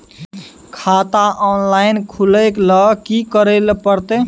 खाता ऑनलाइन खुले ल की करे परतै?